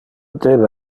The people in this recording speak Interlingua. debe